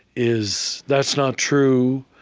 is, that's not true.